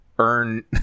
Earn